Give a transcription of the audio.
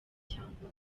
cyangwa